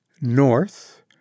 north